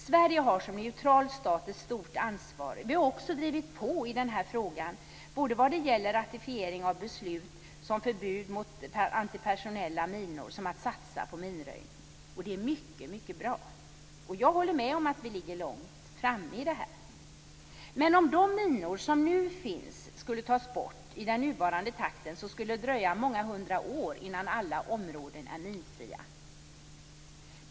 Sverige har som neutral stat ett stort ansvar. Vi har också drivit på i den här frågan, både vad gäller ratificering av beslutet om förbud mot antipersonella minor och satsning på minröjning. Det är mycket bra. Jag håller med om att vi ligger långt framme här. Men om de minor som nu finns skulle tas bort i den nuvarande takten skulle det dröja många hundra år innan alla områden är minfria.